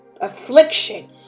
affliction